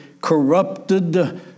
corrupted